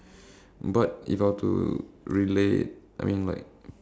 maybe not force but maybe more of like got scammed